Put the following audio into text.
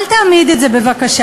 אל תעמיד את זה, בבקשה.